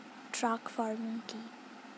Truck farming কি?